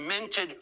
minted